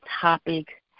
topic